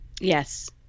Yes